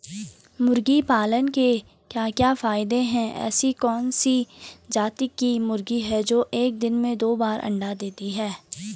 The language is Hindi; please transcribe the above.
मुर्गी पालन के क्या क्या फायदे हैं ऐसी कौन सी जाती की मुर्गी है जो एक दिन में दो बार अंडा देती है?